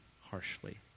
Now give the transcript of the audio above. harshly